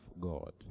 God